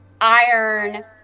iron